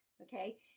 okay